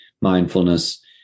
mindfulness